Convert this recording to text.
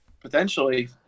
Potentially